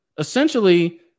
Essentially